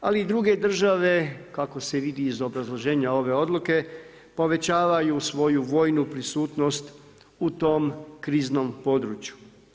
Ali i druge države kako se vidi iz obrazloženja ove odluke povećavaju svoju vojnu prisutnost u tom kriznom području.